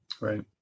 Right